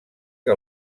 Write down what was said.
que